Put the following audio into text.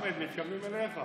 חמד, מתכוונים אליך.